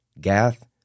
Gath